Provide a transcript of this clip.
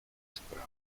spraw